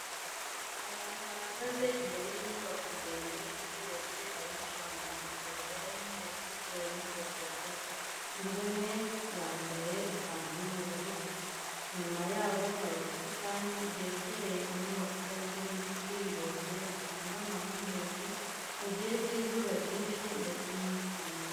Abantu bahagaze imbere y'inyubako ndende igeretse abenshi bambaye amataburiya y'umweru bitewe n'akazi bakora, undi muntu umwe yambaye ikanzu y'ubururu gusa, inyuma yabo hari ubusitani bwegereye inyubako burimo ibiti birebire bitanga amahumbezi mu gihe cy'izuba ryinshi ndetse n'umwuka mwiza.